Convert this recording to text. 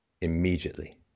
Immediately